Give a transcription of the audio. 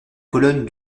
colonne